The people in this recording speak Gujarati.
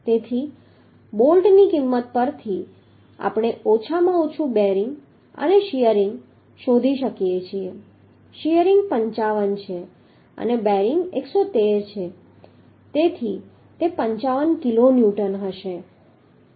તેથી બોલ્ટની કિંમત પરથી આપણે ઓછામાં ઓછું બેરિંગ અને શીયરિંગ શોધી શકીએ છીએ શીયરિંગ 55 છે અને બેરિંગ 113 છે તેથી તે 55 કિલોન્યુટન હશે